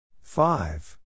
Five